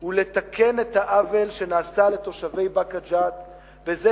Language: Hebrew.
היא לתקן את העוול שנעשה לתושבי באקה ג'ת בזה